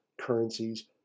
currencies